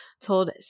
told